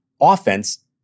offense